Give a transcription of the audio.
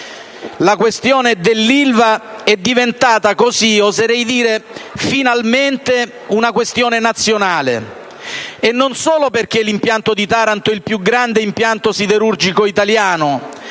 La questione dell'Ilva è diventata così oserei dire finalmente, una questione nazionale. E non solo perché quello di Taranto è il più grande impianto siderurgico italiano